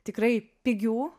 tikrai pigių